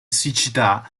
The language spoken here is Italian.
siccità